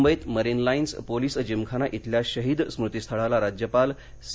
मुंबईत marine lines police gymkhana इथल्या शहीद स्मृतिस्थळाला राज्यपाल सी